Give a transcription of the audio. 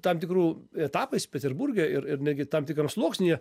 tam tikru etapais peterburge ir ir netgi tam tikram sluoksnyje